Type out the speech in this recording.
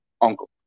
uncle